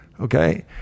Okay